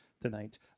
tonight